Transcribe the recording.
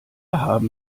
haben